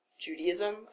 judaism